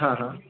हां हां